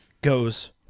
goes